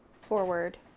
forward